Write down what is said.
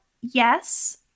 yes